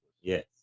Yes